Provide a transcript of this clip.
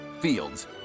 Fields